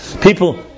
People